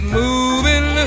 moving